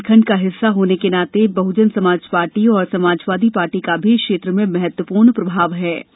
बुंदेलखंड का हिस्सा होने के नाते बहुजन समाज पार्टी और समाजवादी पार्टी का भी इस क्षेत्र में महत्वपूर्ण प्रभाव है